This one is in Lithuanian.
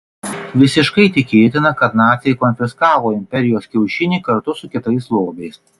visiškai tikėtina kad naciai konfiskavo imperijos kiaušinį kartu su kitais lobiais